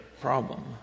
problem